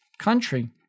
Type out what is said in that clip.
country